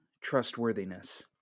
trustworthiness